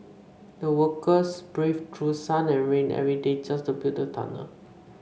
the workers braved through sun and rain every day just to build the tunnel